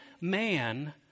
man